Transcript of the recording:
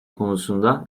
konusunda